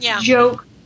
joke